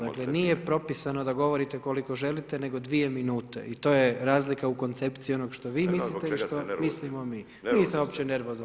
Dakle, nije propisano da govorite koliko želite, nego dvije minute i to je razlika u koncepciji onog što vi mislite i što mislimo mi [[Upadica Bulj: Ne znam zbog čega ste nervozni.]] Nisam uopće nervozan.